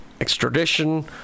extradition